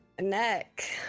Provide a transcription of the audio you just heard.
Neck